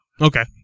Okay